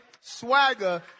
swagger